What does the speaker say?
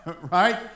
Right